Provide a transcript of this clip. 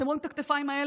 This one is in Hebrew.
אתם רואים את הכתפיים האלה?